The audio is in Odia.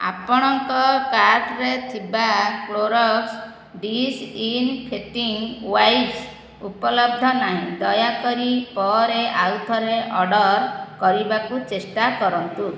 ଆପଣଙ୍କ କାର୍ଟ୍ରେ ଥିବା କ୍ଲୋରୋକ୍ସ ଡିସ୍ଇନ୍ଫେକ୍ଟିଂ ୱାଇପ୍ସ ଉପଲବ୍ଧ ନାହିଁ ଦୟାକରି ପରେ ଆଉଥରେ ଅର୍ଡ଼ର୍ କରିବାକୁ ଚେଷ୍ଟା କରନ୍ତୁ